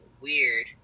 weird